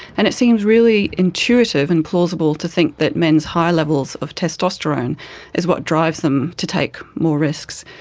and it seems really intuitive and plausible to think that men's high levels of testosterone is what drives them to take more risks.